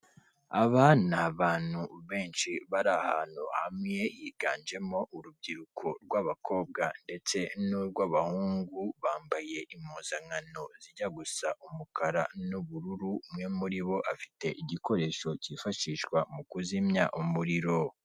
Aba ni abantu benshi bari ahantu hamwe higanjemo urubyiruko rw'abakobwa ndetse n'urw'abahungu, bambaye impuzankano zijya gusa umukara n'ubururu, umwe muri bo afite igikoresho kifashishwa mu kuzimya umuriro.